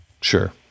sure